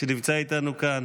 שנמצא איתנו כאן.